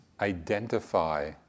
identify